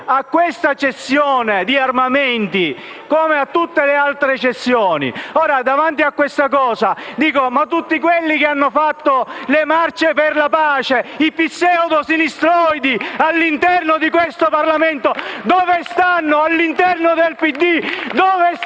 a questa cessione di armamenti, come a tutte le altre cessioni. Davanti a questa cosa dico: ma tutti quelli che hanno fatto le marce per la pace, i pseudosinistroidi all'interno di questo Parlamento, dove stanno all'interno del PD?